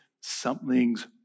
something's